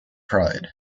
pride